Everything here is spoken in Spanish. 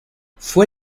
fue